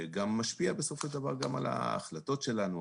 שגם משפיע בסופו של דבר על ההחלטות שלנו,